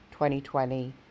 2020